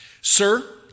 Sir